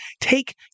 take